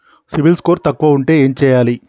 CIBIL score తక్కువ ఉంటే ఏం చేయాలి?